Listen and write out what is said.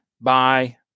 Bye